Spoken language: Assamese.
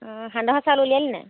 সান্দহৰ চাউল উলিয়ালি নাই